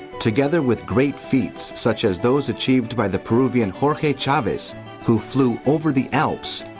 together with great feats such as those achieved by the peruvian jorge chavez who flew over the alps,